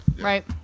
Right